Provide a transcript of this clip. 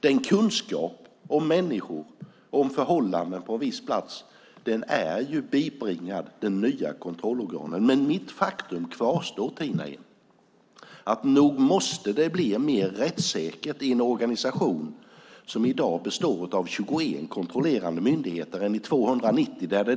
Den kunskapen om människor och förhållanden på en viss plats är ju bibringad de nya kontrollorganen. Faktum kvarstår, Tina Ehn: Nog måste det bli mer rättssäkert i en organisation som i dag består av 21 kontrollerande myndigheter i stället för 290.